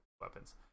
weapons